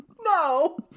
No